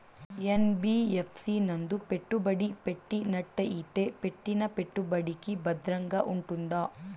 NBFC నందు పెట్టుబడి పెట్టినట్టయితే పెట్టిన పెట్టుబడికి భద్రంగా ఉంటుందా?